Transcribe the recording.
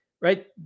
right